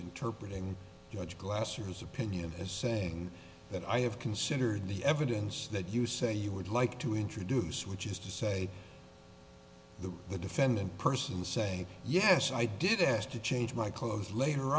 interpreting judge glass or his opinion as saying that i have considered the evidence that you say you would like to introduce which is to say the the defendant person say yes i did ask to change my clothes later